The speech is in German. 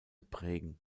prägen